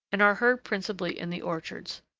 and are heard principally in the orchards.